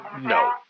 No